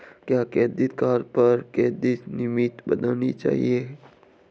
क्या credit card पर credit limit बढ़ानी चाहिए?